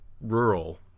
rural